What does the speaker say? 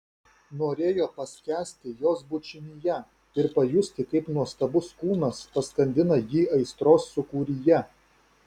norėjo paskęsti jos bučinyje ir pajusti kaip nuostabus kūnas paskandina jį aistros sūkuryje